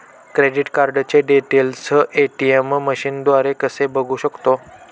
Credit कार्डचे details ATM मशीनद्वारे कसे बघू शकतो?